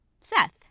seth